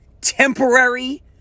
Temporary